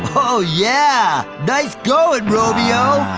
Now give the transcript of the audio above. oh yeah! nice going, romeo!